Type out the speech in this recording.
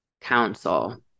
council